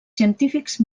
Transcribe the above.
científics